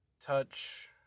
touch